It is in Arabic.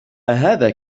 أهذا